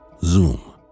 Zoom